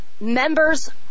members